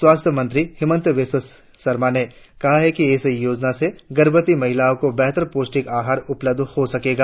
स्वास्थ्य मंत्री हिमंत विश्वा शर्मा ने कहा कि इस योजना से गर्भवती महिलाओं को बेहतर पौष्टिक आहार उपलब्ध हो सकेगा